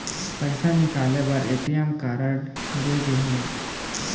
पइसा निकाले बर ए.टी.एम कारड दे गे हे